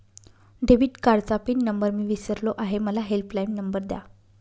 debit कार्डचा pin number मी विसरलो आहे मला हेल्पलाइन नंबर द्या